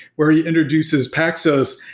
where he introduces paxos.